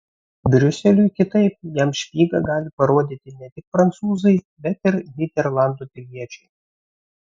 briuseliui kitaip jam špygą gali parodyti ne tik prancūzai bet ir nyderlandų piliečiai